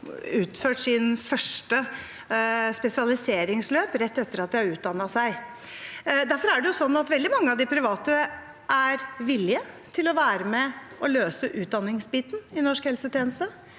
får utført sitt første spesialiseringsløp rett etter at de har utdannet seg. Derfor er veldig mange av de private villige til å være med og løse utdanningsbiten i norsk helsetjeneste,